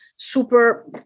super